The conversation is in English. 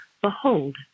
behold